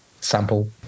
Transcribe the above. sample